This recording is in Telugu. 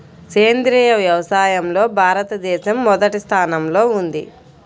సేంద్రీయ వ్యవసాయంలో భారతదేశం మొదటి స్థానంలో ఉంది